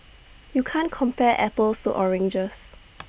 you can't compare apples to oranges